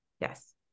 Yes